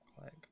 click